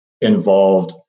involved